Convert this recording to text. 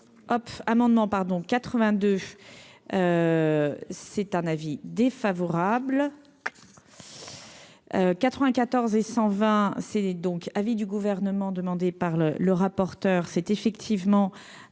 hop amendement pardon 82 c'est un avis défavorable 94 et 120 c'est donc avis du Gouvernement demandée par le le rapporteur, c'est effectivement